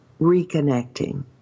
reconnecting